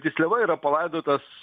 tysliava yra palaidotas